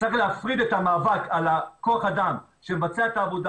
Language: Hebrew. צריך להפריד את המאבק על כוח האדם שמבצע את העבודה